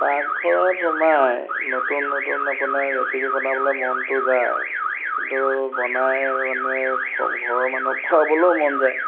পাকঘৰত সোমাই নতুন নতুন আপোনাৰ ৰেচিপি বনাবলৈ মনটো যায় কিন্তু বনাই আৰু মানে ঘৰৰ মানুহক খুৱাবলৈও মন যায়